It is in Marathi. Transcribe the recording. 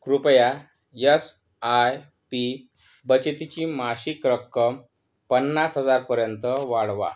कृपया यस आय पी बचतीची मासिक रक्कम पन्नास हजार पर्यंत वाढवा